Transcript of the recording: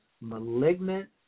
malignant